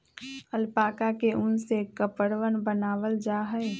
alpaca के उन से कपड़वन बनावाल जा हई